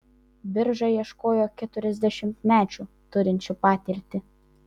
birža ieškojo keturiasdešimtmečių turinčių patirtį